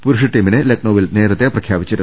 പുരുഷ ടീമിനെ ലക്നോവിൽ നേരത്തെ പ്രഖ്യാ പിച്ചിരുന്നു